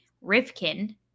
Rifkin